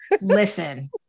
Listen